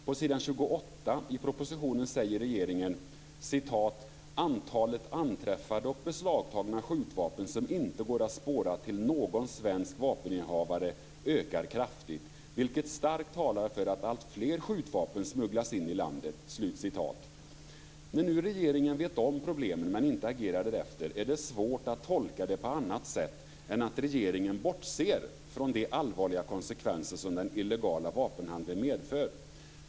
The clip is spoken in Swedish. På s. 28 i propositionen säger regeringen: "Antalet anträffade och beslagtagna skjutvapen som inte går att spåra till någon svensk vapeninnehavare ökar kraftigt, vilket starkt talar för att allt fler skjutvapen smugglas in i landet." När nu regeringen vet om problemen men inte agerar därefter är det svårt att tolka det på annat sätt än att regeringen bortser från de allvarliga konsekvenser som den illegala vapenhandeln medför.